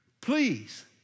Please